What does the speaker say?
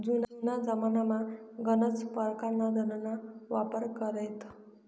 जुना जमानामा गनच परकारना धनना वापर करेत